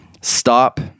Stop